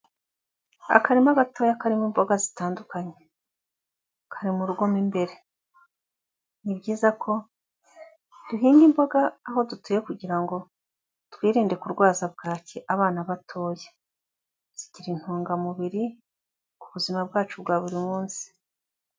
Akarima gatoya karimo imboga zitandukanye. Kari mu rugo mo imbere. Ni byiza ko duhinga imboga aho dutuye kugira ngo twirinde kurwaza bwaki abana batoya. Zigira intungamubiri ku buzima bwacu bwa buri munsi.